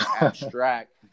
abstract